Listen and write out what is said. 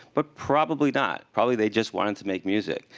but probably not. probably they just wanted to make music.